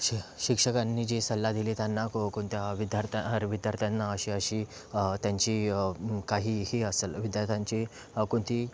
शि शिक्षकांनी जे सल्ला दिले त्यांना को कोणत्या विद्यार्थ्यां विद्यार्थ्यांना अशी अशी त्यांची काहीही असंल विद्यार्थ्यांची कोणती